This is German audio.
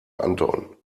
anton